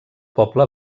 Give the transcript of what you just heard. poble